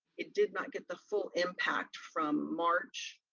it did not get the full impact from march,